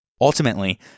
Ultimately